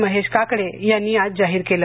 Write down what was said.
महेश काकडे यांनी आज जाहीर केलं